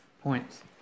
points